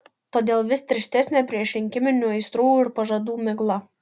todėl vis tirštesnė priešrinkiminių aistrų ir pažadų migla